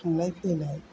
थांलाय फैलाय